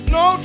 no